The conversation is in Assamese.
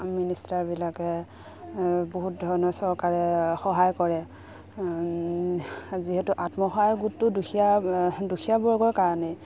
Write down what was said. মিনিষ্টাৰবিলাকে বহুত ধৰণৰ চৰকাৰে সহায় কৰে যিহেতু আত্মসহায়ক গোটটো দুখীয়া দুখীয়াবৰ্গৰ কাৰণেই